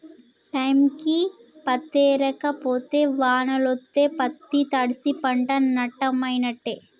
టైంకి పత్తేరక పోతే వానలొస్తే పత్తి తడ్సి పంట నట్టమైనట్టే